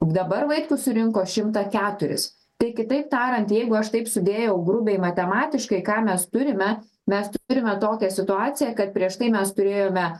dabar vaitkus surinko šimtą keturis tai kitaip tariant jeigu aš taip sudėjau grubiai matematiškai ką mes turime mes turime tokią situaciją kad prieš tai mes turėjome